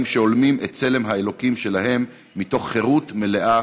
שהולמים את צלם האלוקים שלהם מתוך חירות מלאה